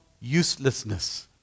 uselessness